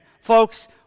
Folks